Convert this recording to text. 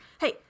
hey